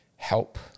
help